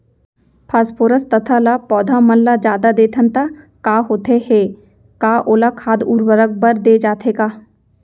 Phosphorus तथा ल पौधा मन ल जादा देथन त का होथे हे, का ओला खाद उर्वरक बर दे जाथे का?